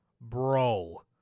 bro